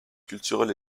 culturel